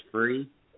Free